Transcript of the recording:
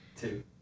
two